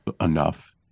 enough